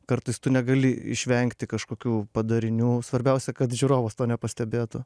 kartais tu negali išvengti kažkokių padarinių svarbiausia kad žiūrovas to nepastebėtų